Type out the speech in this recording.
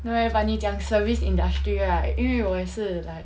no eh but 妳讲 service industry right 因为我也是 like